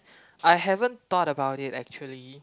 I haven't thought about it actually